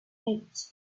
edge